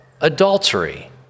adultery